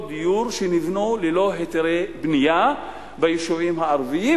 דיור שנבנו ללא היתרי בנייה ביישובים הערביים,